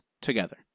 together